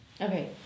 Okay